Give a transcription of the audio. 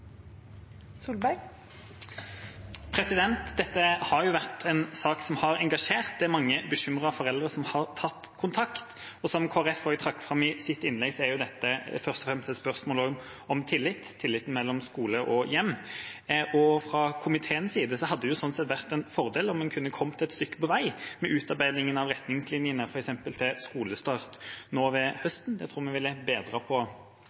mange bekymrede foreldre som har tatt kontakt, og som Kristelig Folkeparti også trakk fram i sitt innlegg, er dette først og fremst et spørsmål om tillit – tilliten mellom skole og hjem. Fra komiteens side hadde det slik sett vært en fordel om en kunne ha kommet et stykke på vei med utarbeidingen av retningslinjene, f.eks. til skolestart nå ved